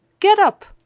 get up!